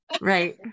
Right